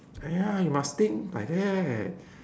ah ya you must think like that